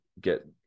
get